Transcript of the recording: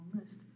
list